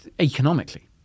economically